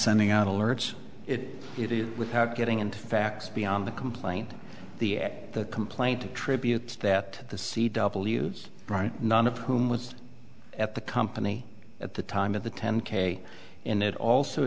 sending out alerts it it is without getting into facts beyond the complaint the at the complaint attributes that the c w is right none of whom was at the company at the time of the ten k and it also